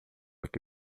aqui